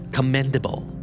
Commendable